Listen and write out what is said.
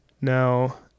now